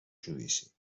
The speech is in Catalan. judici